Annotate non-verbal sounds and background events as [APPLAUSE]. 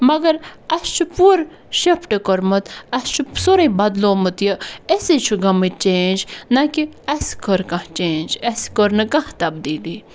مگر اَسہِ چھُ پوٗرٕ شِفٹ کوٚرمُت اَسہِ چھُ [UNINTELLIGIBLE] سورُے بَدلومُت یہِ أسے چھُ گٔمٕتۍ چینٛج نَہ کہِ اَسہِ کٔر کانٛہہ چینٛج اَسہِ کوٚر نہٕ کانٛہہ تَبدیٖلی